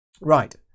Right